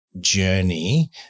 journey